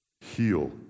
Heal